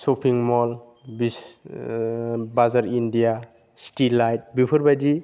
shopping mall बाजार India city life बेफोरबादि